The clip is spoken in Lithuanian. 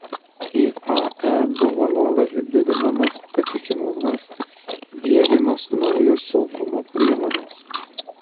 iae buvo nuolat didinamas patikimumas diegiamos naujos saugumo priemonės